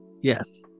Yes